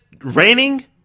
raining